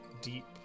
deep